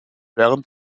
während